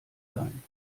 sein